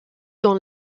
dans